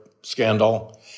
scandal